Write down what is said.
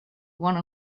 one